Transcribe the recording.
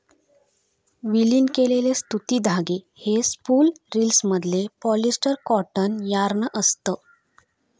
विलीन केलेले सुती धागे हे स्पूल रिल्समधले पॉलिस्टर कॉटन यार्न असत